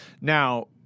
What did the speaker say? Now